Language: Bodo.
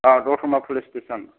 औ द'तमा पुलिस स्टेसन